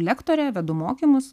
lektorė vedu mokymus